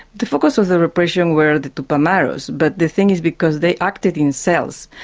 the focus of the repression were the tupamaros, but the thing is, because they acted in cells,